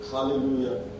Hallelujah